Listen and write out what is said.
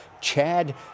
Chad